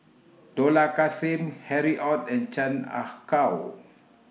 Dollah Kassim Harry ORD and Chan Ah Kow